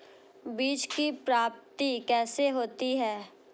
बीज की प्राप्ति कैसे होती है?